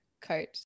coat